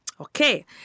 Okay